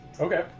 Okay